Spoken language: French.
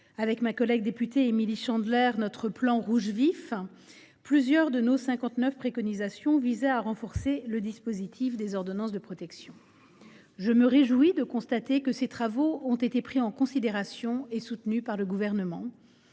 que ma collègue députée Émilie Chandler et moi même avons remis il y a un an visaient à renforcer le dispositif des ordonnances de protection. Je me réjouis de constater que ces travaux ont été pris en considération et soutenus par le Gouvernement.